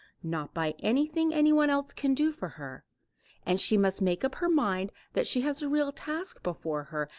not by anything anyone else can do for her and she must make up her mind that she has a real task before her,